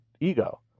ego